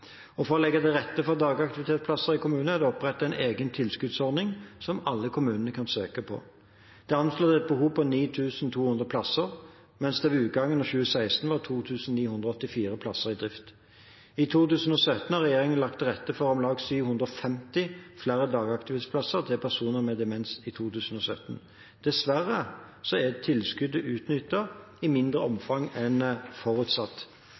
For å legge til rette for dagaktivitetsplasser i kommunene er det opprettet en egen tilskuddsordning som alle kommuner kan søke på. Det er anslått et behov for 9 200 plasser, mens det ved utgangen av 2016 var 2 984 plasser i drift. I 2017 har regjeringen lagt til rette for om lag 750 flere dagaktivitetsplasser til personer med demens i 2017. Dessverre er tilskuddet utnyttet i mindre omfang enn forutsatt.